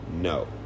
No